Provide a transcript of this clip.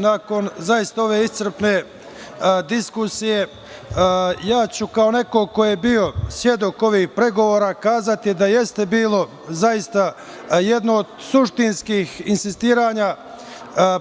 Nakon zaista ove iscrpne diskusije, ja ću kao neko ko je bio svedok ovih pregovora kazati da jeste bilo jedno od suštinskih insistiranja